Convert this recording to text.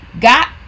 got